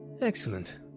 Excellent